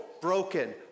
broken